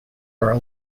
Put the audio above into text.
are